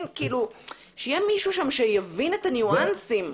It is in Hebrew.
שיהיה שם מישהו שיבין את הניואנסים.